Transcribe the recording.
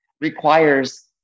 requires